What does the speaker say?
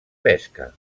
pesca